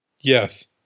Yes